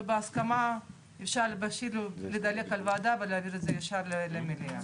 ובהסכמה אפשר פשוט לוותר על הוועדה ולהעביר את זה ישר למליאה.